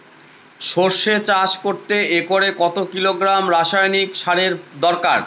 সরষে চাষ করতে একরে কত কিলোগ্রাম রাসায়নি সারের দরকার?